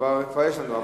כבר יש לנו.